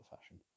fashion